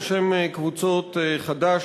בשם קבוצות חד"ש,